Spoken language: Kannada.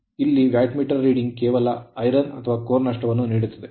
ಮತ್ತು ಇಲ್ಲಿ ವ್ಯಾಟ್ ಮೀಟರ್ ರೀಡಿಂಗ್ ಕೇವಲ iron ಕಬ್ಬಿಣ ಅಥವಾ ಕೋರ್ ನಷ್ಟವನ್ನು ನೀಡುತ್ತದೆ